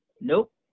Nope